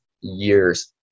years